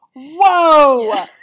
Whoa